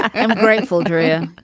i'm grateful drew